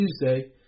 Tuesday